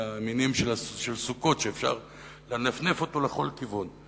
מהמינים של סוכות שאפשר לנפנף אותו לכל כיוון.